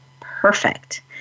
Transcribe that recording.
Perfect